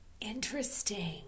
Interesting